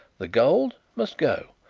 the gold. must go.